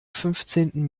fünfzehnten